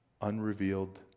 Unrevealed